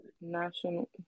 National